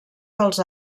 dels